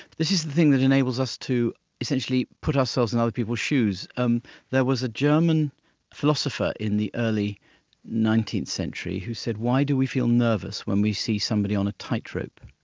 this is the thing that enables us to essentially put ourselves in other people's shoes. um there was a german philosopher in the early nineteenth century who said why do we feel nervous when we see somebody on a tightrope,